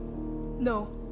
No